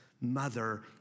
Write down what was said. mother